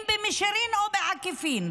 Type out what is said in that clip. אם במישרין או בעקיפין,